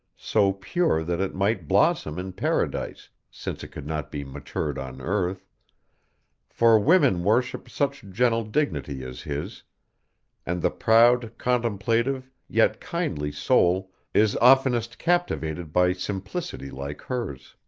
so pure that it might blossom in paradise, since it could not be matured on earth for women worship such gentle dignity as his and the proud, contemplative, yet kindly soul is oftenest captivated by simplicity like hers.